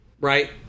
right